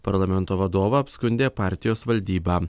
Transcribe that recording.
parlamento vadovą apskundė partijos valdyba